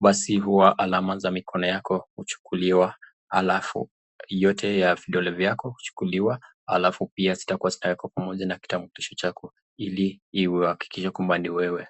basi huwa alama za mikono yako huchukuliwa. Alafu yote ya vidole vyako huchukuliwa. Alafu pia zitakuwa zimewekwa pamoja na kitambulisho chako ili ihakikishe kwamba ni wewe.